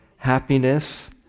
Happiness